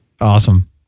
Awesome